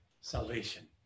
salvation